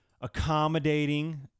accommodating